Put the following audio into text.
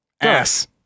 Ass